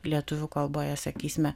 lietuvių kalboje sakysime